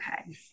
Okay